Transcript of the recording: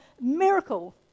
miracle